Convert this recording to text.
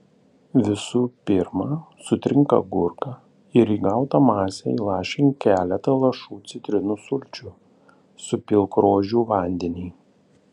visų pirma sutrink agurką ir į gautą masę įlašink keletą lašų citrinų sulčių supilk rožių vandenį